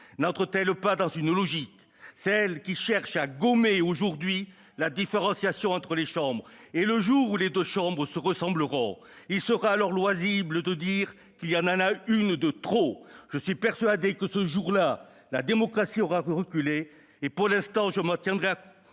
n'entre-t-elle pas dans la logique qui cherche à gommer aujourd'hui la différenciation entre les chambres, puis, le jour où les deux chambres se ressembleront, à dire qu'il y en a une de trop ? Je suis persuadé que, ce jour-là, la démocratie aura reculé ; pour l'instant je m'en tiendrai à